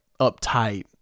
uptight